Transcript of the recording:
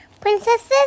Princesses